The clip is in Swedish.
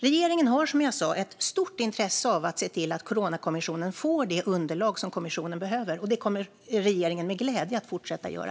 Regeringen har, som jag sa, ett stort intresse av att se till att Coronakommissionen får det underlag som kommissionen behöver, och det kommer regeringen med glädje att fortsätta att göra.